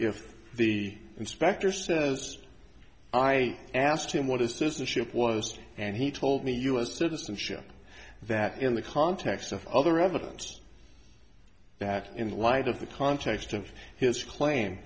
if the inspector says i asked him what is the ship was doing and he told me us citizenship that in the context of other evidence that in light of the context of his claim